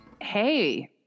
Hey